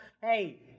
Hey